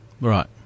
Right